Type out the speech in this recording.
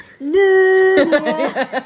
No